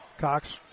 Cox